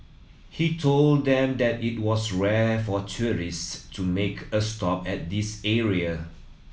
he told them that it was rare for tourist to make a stop at this area